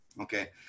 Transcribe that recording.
Okay